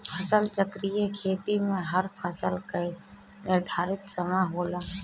फसल चक्रीय खेती में हर फसल कअ निर्धारित समय होला